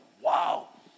Wow